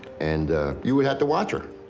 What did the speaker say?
and you would have to watch her